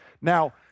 now